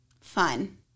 fun